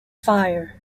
fire